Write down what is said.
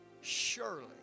surely